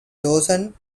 dozen